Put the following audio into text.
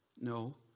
No